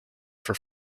for